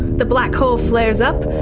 the black hole flares up,